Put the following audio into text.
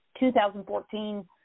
2014